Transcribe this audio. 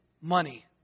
money